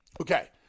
okay